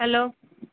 hello